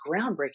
groundbreaking